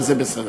וזה בסדר.